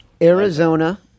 Arizona